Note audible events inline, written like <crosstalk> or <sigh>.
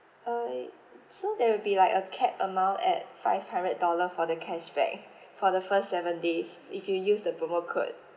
err so there will be like a cap amount at five hundred dollar for the cashback <laughs> for the first seven days if you use the promo code